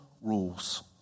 rules